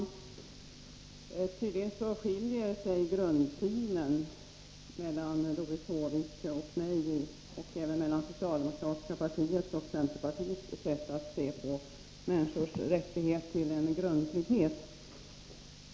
Herr talman! Tydligen är det en skillnad i grundsynen hos Doris Håvik och mig liksom i det socialdemokratiska partiets och centerpartiets sätt att se på människors rätt till en grundtrygghet.